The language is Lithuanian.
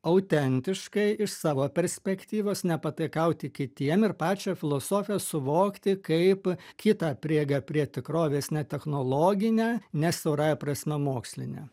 autentiškai iš savo perspektyvos nepataikauti kitiem ir pačią filosofiją suvokti kaip kitą prieigą prie tikrovės ne technologinę ne siaurąja prasme mokslinę